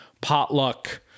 potluck